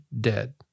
dead